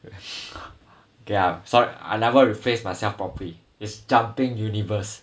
okay lah so I never rephrase myself properly is jumping universe